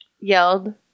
yelled